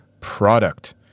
product